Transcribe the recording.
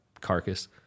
carcass